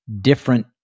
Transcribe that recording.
different